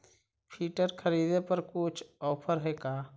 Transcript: Filter खरिदे पर कुछ औफर है का?